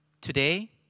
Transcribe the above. Today